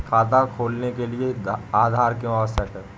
खाता खोलने के लिए आधार क्यो आवश्यक है?